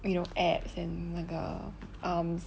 you know abs and hems